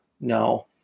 No